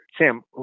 Sam